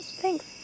Thanks